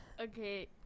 Okay